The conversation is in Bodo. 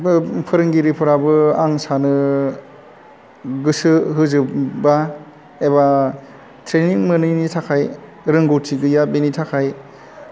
फोरोंगिरिफोराबो आं सानो गोसो होजोबबा एबा ट्रेनिं मोनैनि थाखाय रोंगौथि गैया बेनि थाखाय